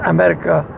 America